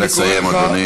נא לסיים, אדוני.